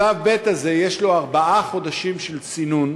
לשלב ב' יש ארבעה חודשים של סינון,